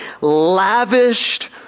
lavished